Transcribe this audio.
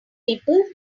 people